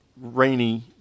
rainy